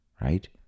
right